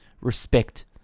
respect